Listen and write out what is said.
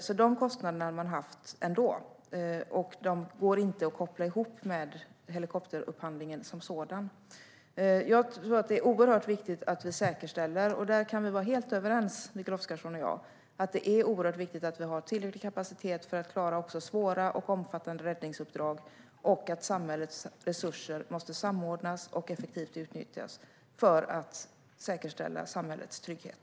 Dessa kostnader hade man alltså haft ändå, och de går inte att koppla ihop med helikopterupphandlingen som sådan. Jag tror att det är oerhört viktigt att vi säkerställer - där kan Mikael Oscarsson och jag vara helt överens - att det är oerhört viktigt att vi har tillräcklig kapacitet för att klara också svåra och omfattande räddningsuppdrag och att samhällets resurser måste samordnas och utnyttjas effektivt för att säkerställa samhällets trygghet.